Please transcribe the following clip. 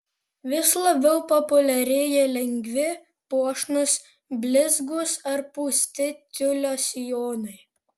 vis labiau populiarėja lengvi puošnūs blizgūs ar pūsti tiulio sijonai